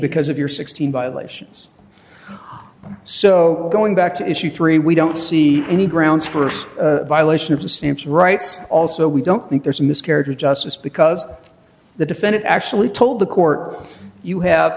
because if you're sixteen by lesions so going back to issue three we don't see any grounds for a violation of the stamps rights also we don't think there's a miscarriage of justice because the defendant actually told the court you have